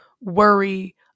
worry